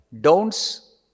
don'ts